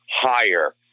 higher